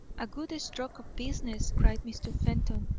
a good stroke of business, cried mr. fenton.